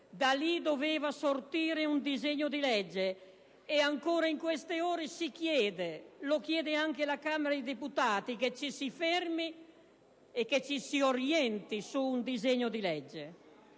da lì doveva sortire un disegno di legge. Ancora in queste ore si chiede, lo fa anche la Camera dei deputati, che ci si fermi e che ci si orienti su un disegno di legge.